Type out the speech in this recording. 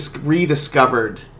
rediscovered